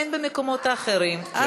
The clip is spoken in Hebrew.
אין במקומות אחרים.